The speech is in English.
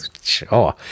Sure